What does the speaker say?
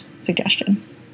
suggestion